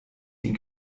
den